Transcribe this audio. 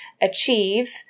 achieve